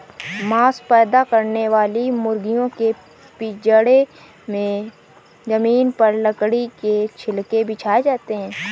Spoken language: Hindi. मांस पैदा करने वाली मुर्गियों के पिजड़े में जमीन पर लकड़ी के छिलके बिछाए जाते है